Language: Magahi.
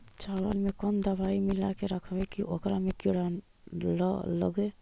चावल में कोन दबाइ मिला के रखबै कि ओकरा में किड़ी ल लगे?